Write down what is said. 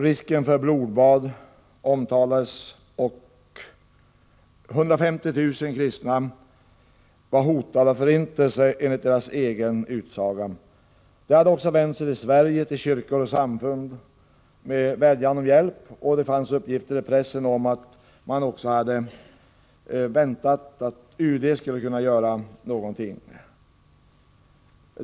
Risken för blodbad nämndes, och 150 000 kristna var hotade av förintelse enligt deras egen utsago. De hade vänt sig till Sverige, till kyrkor och samfund, med vädjan om hjälp. Det fanns uppgifter i pressen om att man väntade att UD skulle göra någonting.